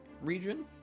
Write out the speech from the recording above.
region